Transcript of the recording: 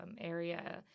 area